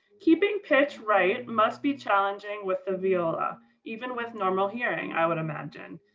keeping pitch right must be challenging with the viola even with normal hearing i would imagine.